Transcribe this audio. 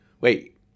Wait